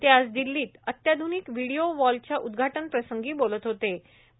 ते आज दिल्लीत अत्याधुनिक व्हिडिओ वॉलच्या उद्दृषाटन प्रसंगी बोलत स्तेते